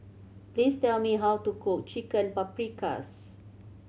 please tell me how to cook Chicken Paprikas